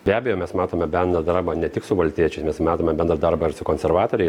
be abejo mes matome bendrą darbą ne tik su valstiečiais mes matome bendrą darbą ir su konservatoriais